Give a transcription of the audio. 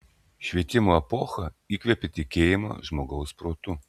švietimo epocha įkvėpė tikėjimą žmogaus protu